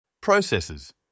Processes